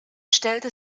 stellte